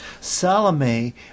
Salome